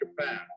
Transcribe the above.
Japan